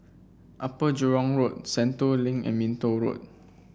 Upper Jurong Road Sentul Link and Minto Road